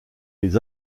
les